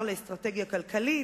השר לאסטרטגיה כלכלית,